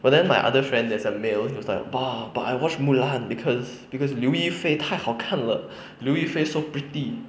but then my other friend that's a male he was like !wah! but I watch mulan because because 刘亦菲太好看了刘亦菲 so pretty